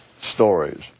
stories